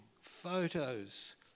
photos